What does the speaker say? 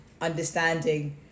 understanding